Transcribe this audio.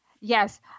Yes